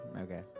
Okay